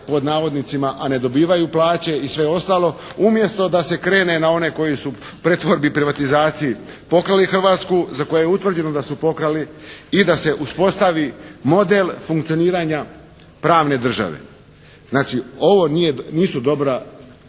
koji rade "a ne dobivaju plaće" i sve ostalo, umjesto da se krene na one koji su u pretvorbi i privatizaciji pokrali Hrvatsku, za koje je utvrđeno da su pokrali i da se uspostavi model funkcioniranja pravne države. Znači, ovo nisu dobra